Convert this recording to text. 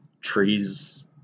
trees